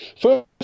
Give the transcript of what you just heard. first